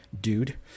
dude